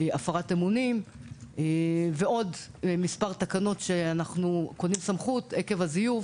הפרת אמונים ועוד מספר תקנות שאנחנו מקבלים סמכות עקב הזיוף